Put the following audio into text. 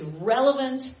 relevant